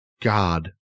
God